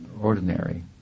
ordinary